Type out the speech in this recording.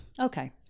Okay